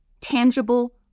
tangible